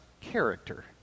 character